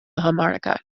harmonica